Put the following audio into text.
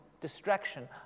distraction